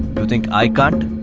but think i can't!